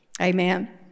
Amen